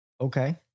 Okay